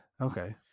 Okay